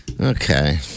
Okay